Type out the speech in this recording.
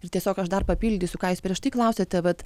ir tiesiog aš dar papildysiu ką jūs prieš tai klausėte vat